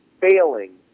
failing